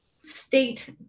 state